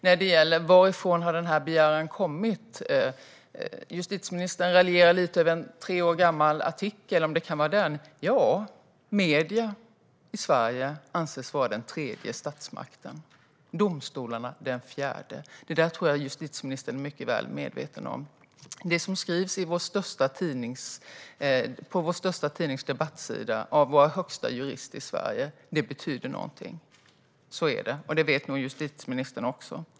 Justitieministern raljerar lite över om det kan vara så att den här begäran har kommit i en tre år gammal artikel. Ja, medierna i Sverige anses vara den tredje statsmakten, domstolarna den fjärde. Det där tror jag att justitieministern är mycket väl medveten om. Det som skrivs på vår största tidnings debattsida av Sveriges högsta jurister betyder någonting. Så är det, och det vet nog justitieministern också.